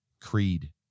Creed